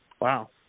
wow